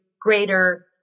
greater